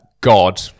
God